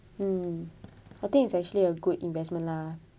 mm I think it's actually a good investment lah